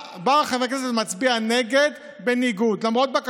בא חבר כנסת ומצביע נגד,